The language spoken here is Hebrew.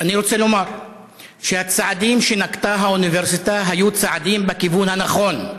אני רוצה לומר שהצעדים שנקטה האוניברסיטה היו צעדים בכיוון הנכון,